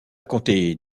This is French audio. compter